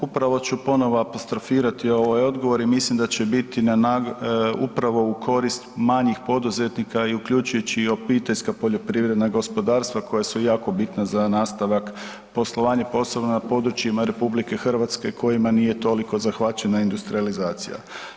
Upravo ću ponovno apostrofirati ovaj odgovor i mislim da će biti upravo u korist manjih poduzetnika i uključujući i Obiteljska poljoprivredna gospodarstva koja su jako bitna za nastavak poslovanja posebno na područjima RH kojima nije toliko zahvaćena industrijalizacija.